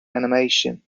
animation